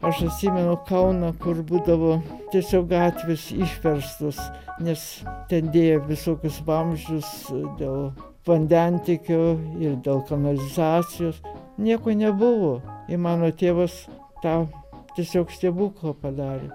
aš atsimenu kauną kur būdavo tiesiog gatvės išverstos nes ten dėjo visokius vamzdžius dėl vandentiekio ir dėl kanalizacijos nieko nebuvo i mano tėvas tą tiesiog stebuklo padarė